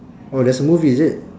oh there's a movie is it